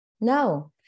No